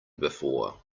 before